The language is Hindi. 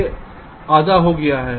इसलिए डिले आधा हो गया है